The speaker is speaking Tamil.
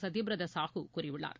சத்யபிரத சாஹூ கூறியுள்ளார்